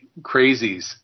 crazies